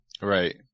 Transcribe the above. Right